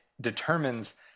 determines